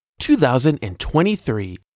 2023